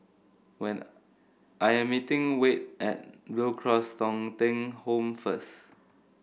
when I am meeting Wade at Blue Cross Thong Kheng Home first